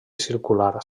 circular